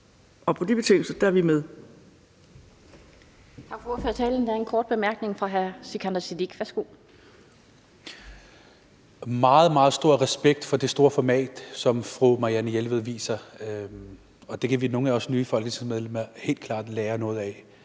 Siddique (ALT): Jeg har meget, meget stor respekt for det store format, som fru Marianne Jelved viser – det kan nogle af os nye folketingsmedlemmer helt klart lære noget af.